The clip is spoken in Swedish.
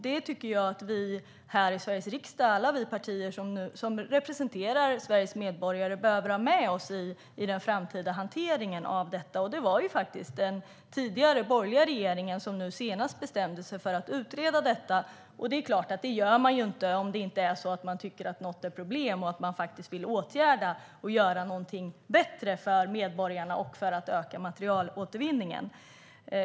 Det behöver alla vi som representerar Sveriges medborgare i Sveriges riksdag ha med oss i den framtida hanteringen av detta. Det var den borgerliga regeringen som senast bestämde sig för att utreda detta, och det gör man inte om det inte finns problem som man vill åtgärda för att göra något bättre för medborgarna och öka materialåtervinningen.